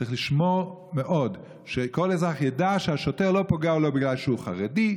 צריך לשמור מאוד שכל אזרח ידע שהשוטר לא פוגע בגלל שהוא חרדי,